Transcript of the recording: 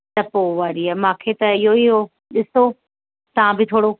त पोइ वरी मांखे त इहो ई उहो ॾिसो तव्हां बि थोरो